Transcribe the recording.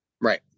Right